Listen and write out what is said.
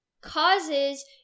causes